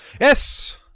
yes